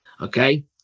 okay